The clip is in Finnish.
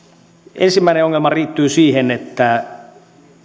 ensimmäinen ongelma liittyy siihen että